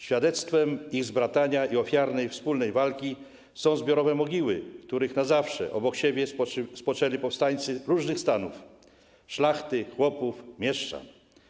Świadectwem ich zbratania i ofiarnej wspólnej walki są zbiorowe mogiły, w których na zawsze obok siebie spoczęli powstańcy różnych stanów: szlachty, chłopów, mieszczan.